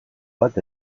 bat